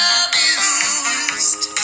abused